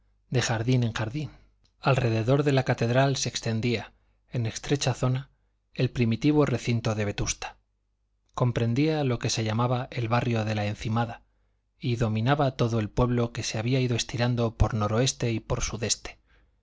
de jardín en jardín alrededor de la catedral se extendía en estrecha zona el primitivo recinto de vetusta comprendía lo que se llamaba el barrio de la encimada y dominaba todo el pueblo que se había ido estirando por noroeste y por sudeste